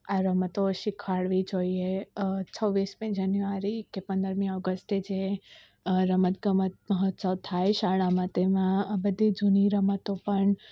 આ રમતો શીખવાડવી જોઈએ છવ્વીસમી જાન્યુઆરી કે પંદરમી ઓગસ્ટે જે રમત ગમત મહોત્ત્સવ થાય શાળામાં તેમાં આ બધી જૂની રમતો પણ